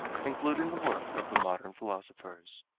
including the work of the modern philosophers.